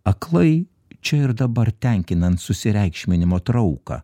aklai čia ir dabar tenkinant susireikšminimo trauką